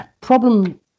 Problem